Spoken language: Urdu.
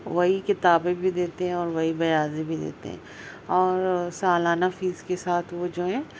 وہی کتابیں بھی دیتے ہیں اور وہی بیاضیں بھی دیتے ہیں اور سالانہ فیس کے ساتھ وہ جو ہیں